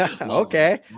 Okay